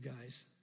guys